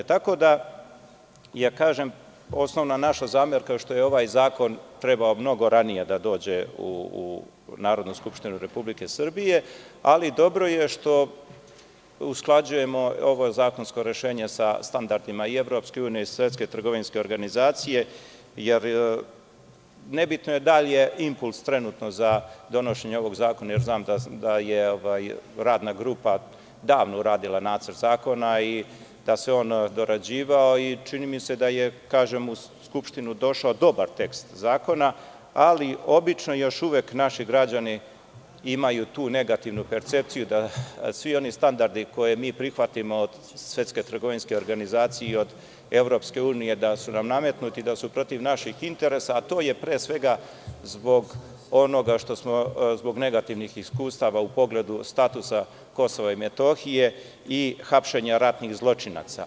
Osnovna naša zamerka što ovaj zakon je trebao mnogo ranije da dođe u Narodnu skupštinu Republike Srbije, ali dobro je što usklađujemo oba zakonska rešenja sa standardima i EU i Svetske trgovinske organizacije, jer nebitno je da li je impuls trenutno za donošenje ovog zakona, jer znam da je radna grupa davno uradila nacrt zakona, i da se on dorađivao i čini mi se da je u Skupštinu došao dobar tekst zakona, ali obično, još uvek naši građani imaju tu negativnu percepciju, da svi oni standardi kojem mi prihvatimo od Svetske trgovinske organizacije i od EU, da su nam nametnuti, da su protiv naših interesa, a to je pre svega zbog negativnih iskustava u pogledu statusa KiM, i hapšenja ratnih zločinaca.